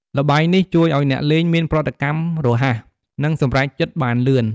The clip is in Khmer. ល្បែងនេះជួយឲ្យអ្នកលេងមានប្រតិកម្មរហ័ស និងសម្រេចចិត្តបានលឿន។